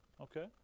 Okay